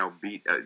beat